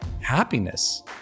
happiness